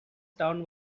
town